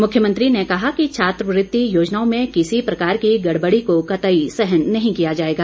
मुख्यमंत्री ने कहा कि छात्रवृत्ति योजनाओं में किसी प्रकार की गड़बड़ी को कतई सहन नहीं किया जाएगा